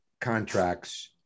contracts